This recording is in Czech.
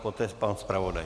Poté pan zpravodaj.